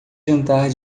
jantar